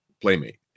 playmate